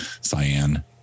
cyan